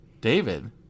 David